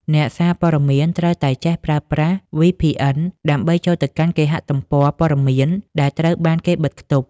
អ្នកសារព័ត៌មានត្រូវតែចេះប្រើប្រាស់ VPN ដើម្បីចូលទៅកាន់គេហទំព័រព័ត៌មានដែលត្រូវបានគេបិទខ្ទប់។